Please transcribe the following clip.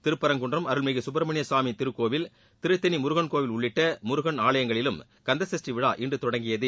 திருப்பரங்குன்றம் அருள்மிகு கப்ரமணியகவாமி திருக்கோவில் திருத்தணி முருகன் கோவில் உள்ளிட்ட முருகன் ஆலயங்களிலும் கந்த சஷ்டி விழா இன்று தொடங்கியது